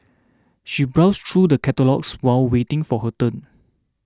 she browsed through the catalogues while waiting for her turn